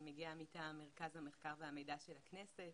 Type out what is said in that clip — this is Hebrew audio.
אני מגיעה מטעם מרכז המחקר והמידע של הכנסת.